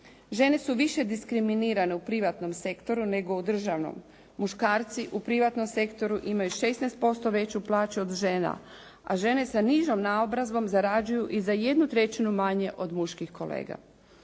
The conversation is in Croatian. Žene su više diskriminirane u privatnom sektoru nego u državnom. Muškarci u privatnom sektoru imaju 16% veću plaću od žena, a žene sa nižom naobrazbom zarađuju i za jednu trećinu manje od muških kolega.